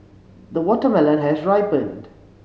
the watermelon has ripened